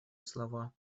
слова